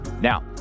Now